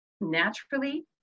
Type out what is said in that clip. naturally